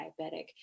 diabetic